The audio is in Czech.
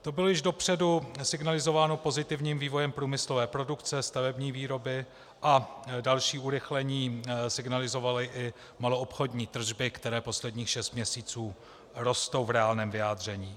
To bylo již dopředu signalizováno pozitivním vývojem průmyslové produkce, stavební výroby a další urychlení signalizovaly i maloobchodní tržby, které posledních šest měsíců rostou v reálném vyjádření.